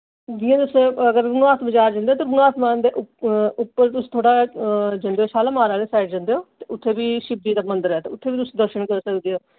जि'यां तुस अगर रघुनाथ बजार जंदे ते रघुनाथ बजार दे उप्पर तुस उप्पर थोह्ड़ा जंदे ओ शालामार आह्ली साइड जंदे ओ ते उत्थै बी शिवजी दा मंदर ऐ ते उत्थै बी तुस दर्शन करी सकदे ओ